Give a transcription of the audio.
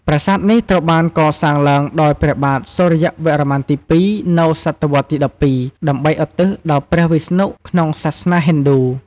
ប្រាសាទនេះត្រូវបានកសាងឡើងដោយព្រះបាទសូរ្យវរ្ម័នទី២ នៅសតវត្សទី១២ ដើម្បីឧទ្ទិសដល់ព្រះវិស្ណុក្នុងសាសនាហិណ្ឌូ។